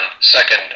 Second